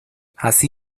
así